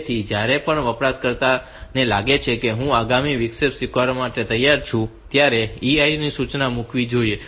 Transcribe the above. તેથી જ્યારે પણ વપરાશકર્તાને લાગે કે હવે હું આગામી વિક્ષેપ સ્વીકારવા માટે તૈયાર છું ત્યારે EI સૂચના મૂકવી જોઈએ